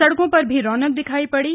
सड़कों पर भी रौनक दिखाई पड़ी